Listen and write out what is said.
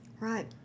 Right